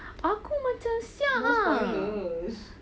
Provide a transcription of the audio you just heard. aku macam !siala!